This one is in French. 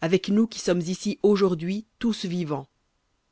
avec nous qui sommes ici aujourd'hui tous vivants